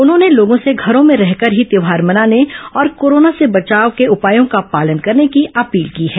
उन्होंने लोगों से घरों में रहकर ही त्यौहार मनाने और कोरोना से बचाव के उपायों का पालन करने की अपील की है